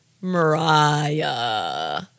Mariah